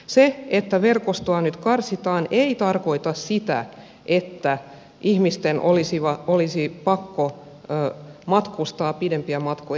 se että verkostoa nyt karsitaan ei tarkoita sitä että ihmisten olisi pakko matkustaa pidempiä matkoja